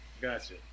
Gotcha